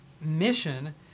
mission